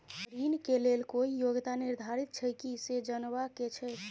ऋण के लेल कोई योग्यता निर्धारित छै की से जनबा के छै?